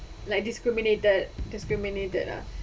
like discriminated discriminated ah